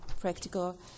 practical